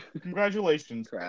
Congratulations